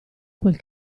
quel